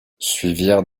suivirent